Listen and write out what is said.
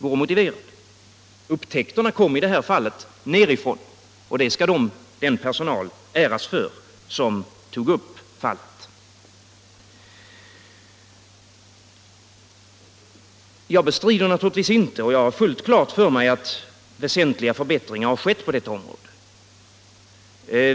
Avslöjandena kom i detta fall nerifrån, och det skall den personal äras för som gjorde dem. Jag bestrider naturligtvis inte utan har fullt klart för mig att väsentliga förbättringar har skett på detta område.